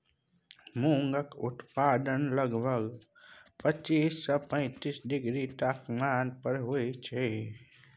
मूंगक उत्पादन लगभग पच्चीस सँ पैतीस डिग्री तापमान पर होइत छै